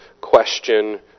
question